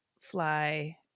fly